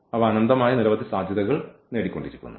അവ അനന്തമായ നിരവധി സാധ്യതകൾ നേടിക്കൊണ്ടിരിക്കുന്നു